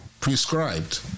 prescribed